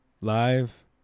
live